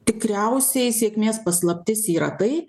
tikriausiai sėkmės paslaptis yra tai